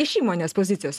iš įmonės pozicijos